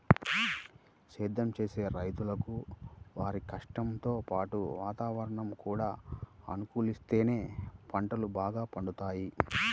సేద్దెం చేసే రైతులకు వారి కష్టంతో పాటు వాతావరణం కూడా అనుకూలిత్తేనే పంటలు బాగా పండుతయ్